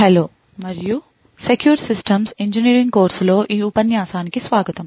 hello మరియు secure system engineering కోర్సులో ఈ ఉపన్యాసానికి స్వాగతం